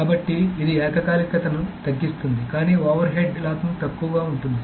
కాబట్టి ఇది ఏకకాలికతను తగ్గిస్తుంది కానీ ఓవర్హెడ్ లాకింగ్ తక్కువగా ఉంటుంది